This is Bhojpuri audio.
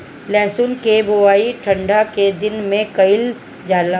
लहसुन के बोआई ठंढा के दिन में कइल जाला